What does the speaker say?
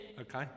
Okay